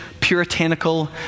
puritanical